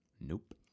Nope